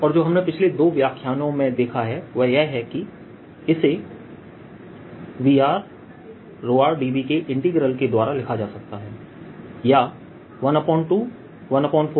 और जो हमने पिछले दो व्याख्यानों में देखा है वह यह है कि इसे VrrdV के इंटीग्रल के द्वारा लिखा जा सकता है या 1214π0∬rρr